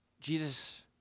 Jesus